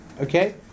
okay